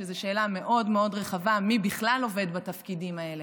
שזו שאלה מאוד מאוד רחבה: מי בכלל עובד בתפקידים האלה?